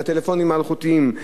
מהטלפונים האלחוטיים,